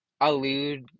allude